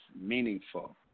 meaningful